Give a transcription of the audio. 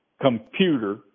computer